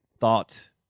thought